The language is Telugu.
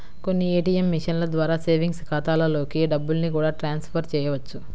కొన్ని ఏ.టీ.యం మిషన్ల ద్వారా సేవింగ్స్ ఖాతాలలోకి డబ్బుల్ని కూడా ట్రాన్స్ ఫర్ చేయవచ్చు